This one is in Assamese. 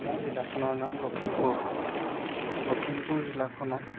মোৰ জিলাখনৰ নাম লখিমপুৰ লখিমপুৰ জিলাখনত